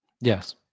Yes